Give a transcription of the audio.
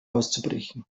auszubrechen